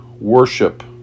worship